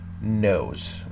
knows